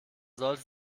sollte